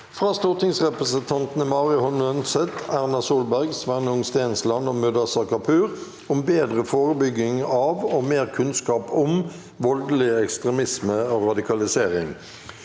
fra stortingsrepresentantene Mari Holm Lønseth, Erna Solberg, Sveinung Stensland og Mudassar Kapur om bedre forebygging av og mer kunnskap om voldelig ekstremisme og radikalisering